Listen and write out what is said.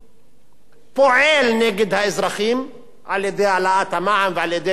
פועל נגד האזרחים על-ידי העלאת המע"מ ועל-ידי צעדים נוספים,